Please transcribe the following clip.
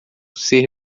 ser